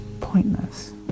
pointless